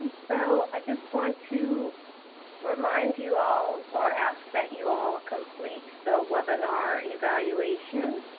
so, i just want to remind you all or ask that you all complete the webinar evaluation,